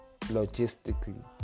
Logistically